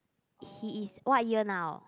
he is what year now